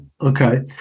Okay